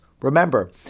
Remember